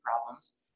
problems